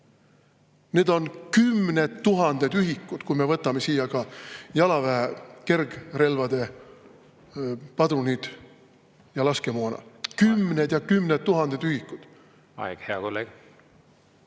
Need on kümned tuhanded ühikud, kui me võtame ka jalaväe kergrelvade padrunid ja laskemoona. Kümned ja kümned tuhanded ühikud! Aeg, hea kolleeg!